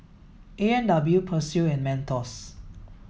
A and W Persil and Mentos